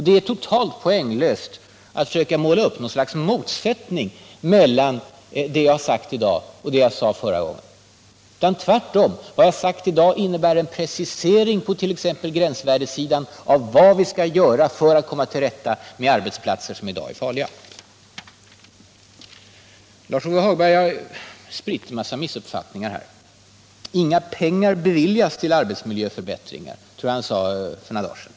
Det är totalt poänglöst att försöka måla upp något slags motsättning mellan det jag har sagt i dag och det jag sade förra gången. Tvärtom — vad jag har sagt i dag innebär en precisering på t.ex. gränsvärdessidan av vad vi skall göra för att komma till rätta med arbetsplatser som i dag är farliga. Lars-Ove Hagberg har spritt en massa missuppfattningar. ”Inga pengar beviljas till arbetsmiljöförbättringar”, tror jag att han sade för några dagar sedan.